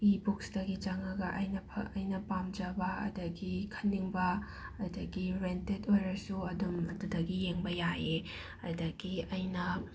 ꯏꯕꯨꯛꯁꯇꯒꯤ ꯆꯪꯂꯒ ꯑꯩꯅ ꯐ ꯑꯩꯅ ꯄꯥꯝꯖꯕ ꯑꯗꯒꯤ ꯈꯟꯅꯤꯡꯕ ꯑꯗꯒꯤ ꯔꯦꯟꯇꯦꯠ ꯑꯣꯏꯔꯁꯨ ꯑꯗꯨꯝ ꯑꯗꯨꯗꯒꯤ ꯌꯦꯡꯕ ꯌꯥꯏꯌꯦ ꯑꯗꯒꯤ ꯑꯩꯅ